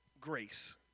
grace